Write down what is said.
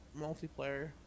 multiplayer